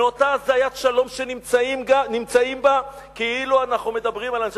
מאותה הזיית שלום שנמצאים בה כאילו אנחנו מדברים על אנשי,